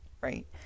right